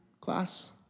class